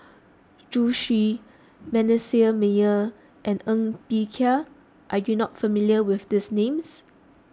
Zhu Xu Manasseh Meyer and Ng Bee Kia are you not familiar with these names